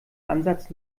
ansatz